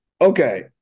Okay